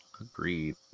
Agreed